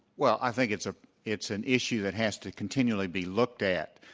well, i think it's ah it's an issue that has to continually be looked at.